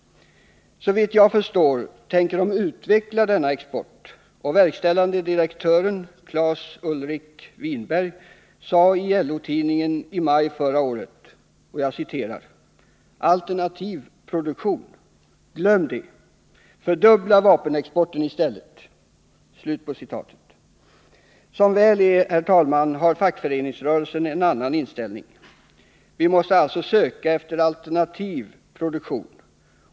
Såvitt jag förstår tänker man där utveckla denna export. I maj förra året sade också verkställande direktören Claes-Ulrik Winberg i LO-tidningen: ”Alternativ produktion — glöm det! Fördubbla vapenexporten i stället!” Som väl är, herr talman, har fackföreningsrörelsen en annan inställning. Vi måste söka efter alternativ produktion.